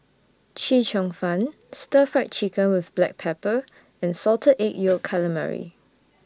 Chee Cheong Fun Stir Fried Chicken with Black Pepper and Salted Egg Yolk Calamari